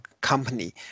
company